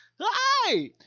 hi